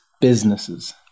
businesses